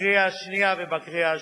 בקריאה השנייה ובקריאה השלישית.